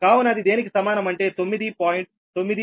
కావున అది దేనికి సమానం అంటే 9